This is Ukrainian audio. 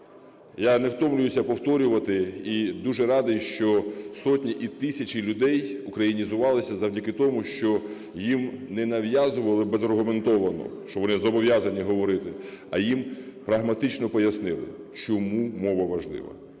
Я не втомлююся повторювати і дуже радий, що сотні і тисячі людей українізувалися завдяки тому, що їм не нав'язували безаргументовно, що вони зобов'язані говорити, а їм прагматично пояснили, чому мова важлива.